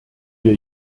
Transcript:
wir